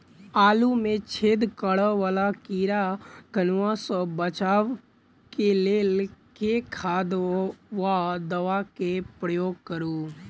आलु मे छेद करा वला कीड़ा कन्वा सँ बचाब केँ लेल केँ खाद वा दवा केँ प्रयोग करू?